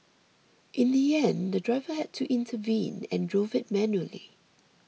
in the end the driver had to intervene and drove it manually